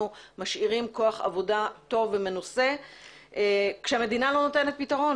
משאירים כוח עבודה טוב ומנוסה כאשר המדינה לא נותנת פתרון.